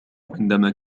عندما